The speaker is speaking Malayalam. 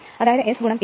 അതായത് S PG